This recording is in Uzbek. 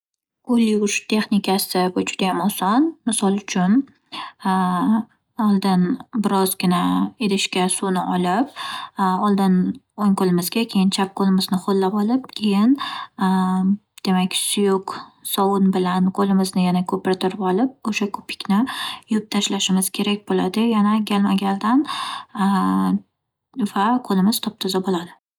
Quruq teriga judayam e'tiborli bo'lish kerak, chunki quruq terini qarish alomatlari yog'li teriga qaraganda judayam jadal bo'ladi unga yog'li teriga qaraganda quruq teriga judayam erta har xil chiziqlar tushishi ehtimoli ko'proq bo'ladi. Shuning uchun, har huni ertalab, kechqurun yotishdan avval yuzimizni yaxshilab yuvib, misol uchun, yuz terisiga keladigan bo'lsak, yuvib, namlantiruvchi kremlardan foydalanishimiz kerak bo'ladi.